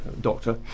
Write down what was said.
doctor